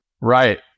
Right